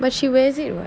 but she wears it [what]